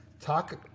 talk